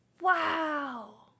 Wow